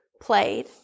played